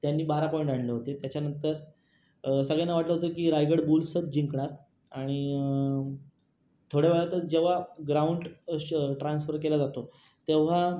त्यानी बारा पॉईंट आणले होते त्याच्यानंतर सगळ्यांना वाटत होतं की रायगड बुल्सच जिंकणार आणि थोड्या वेळातच जेव्हा ग्राउंड श ट्रान्स्फर केला जातो तेव्हा